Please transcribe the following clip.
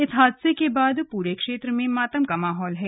इस हादसे के बाद पूरे क्षेत्र में मातम का माहौल है